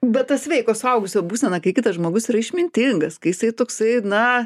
bet ta sveiko suaugusio būsena kai kitas žmogus yra išmintingas kai jisai toksai na